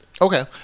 Okay